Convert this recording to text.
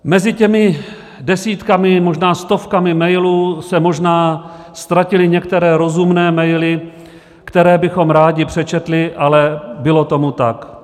Mezi těmi desítkami, možná stovkami mailů se možná ztratily některé rozumné maily, které bychom rádi přečetli, ale bylo tomu tak.